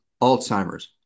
alzheimer's